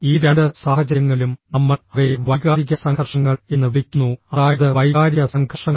ഈ രണ്ട് സാഹചര്യങ്ങളിലും നമ്മൾ അവയെ വൈകാരിക സംഘർഷങ്ങൾ എന്ന് വിളിക്കുന്നു അതായത് വൈകാരിക സംഘർഷങ്ങൾ